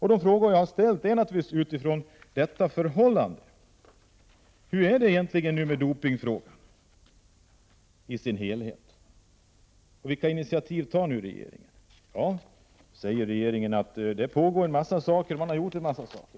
Hur 8 november 1988 är det egentligen med hela dopingfrågan? Vilka initiativ tar nu regeringen? Z—H--: Regeringen säger att man har gjort en massa saker. Ja, det är helt riktigt.